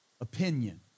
Opinion